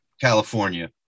California